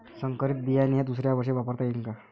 संकरीत बियाणे हे दुसऱ्यावर्षी वापरता येईन का?